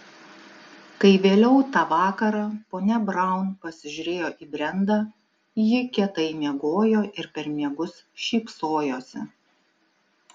kai vėliau tą vakarą ponia braun pasižiūrėjo į brendą ji kietai miegojo ir per miegus šypsojosi